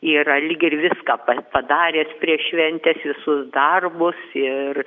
yra lyg ir viską pa padaręs prieš šventes visus darbus ir